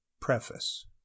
Preface